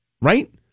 right